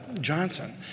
Johnson